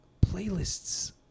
Playlists